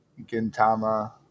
gintama